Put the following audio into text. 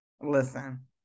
listen